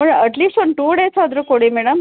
at least ಒಂದು two days ಆದರು ಕೊಡಿ ಮೇಡಮ್